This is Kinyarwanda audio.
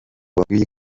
bakwiye